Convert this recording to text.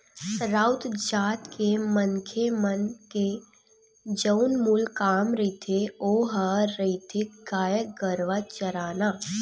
राउत जात के मनखे मन के जउन मूल काम रहिथे ओहा रहिथे गाय गरुवा चराना